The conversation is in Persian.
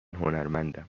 هنرمندم